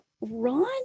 Ron